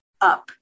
up